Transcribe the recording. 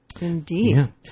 Indeed